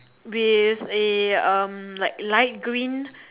with a um like light green